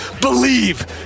Believe